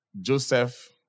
Joseph